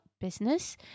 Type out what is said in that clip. business